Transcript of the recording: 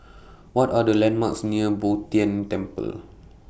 What Are The landmarks near Bo Tien Temple